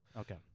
Okay